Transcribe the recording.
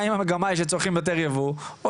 האם המגמה היא שצורכים יותר ייבוא או